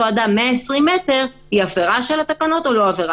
אדם במרחק 120 מטר היא הפרה של התקנות או לא.